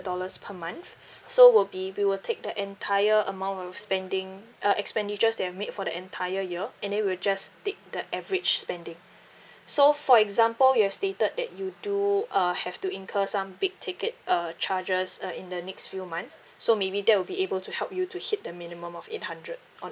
dollars per month so will be we will take the entire amount of spending uh expenditures that are made for the entire year and then we'll just take the average spending so for example you have stated that you do uh have to incur some big ticket uh charges uh in the next few months so maybe that will be able to help you to hit the minimum of eight hundred on